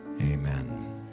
amen